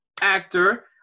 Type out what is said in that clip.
actor